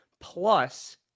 plus